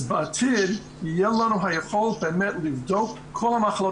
אז בעתיד תהיה לנו היכולת לבדוק את כל המחלות